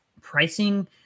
pricing